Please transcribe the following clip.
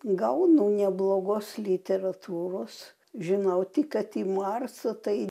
gaunu neblogos literatūros žinau tik kad į marsą tai